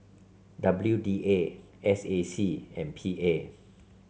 W D A S A C and P A